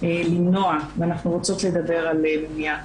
למנוע ואנחנו רוצות לדבר על מניעה.